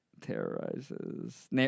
Terrorizes